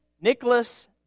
Nicholas